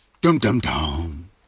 Dum-dum-dum